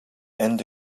end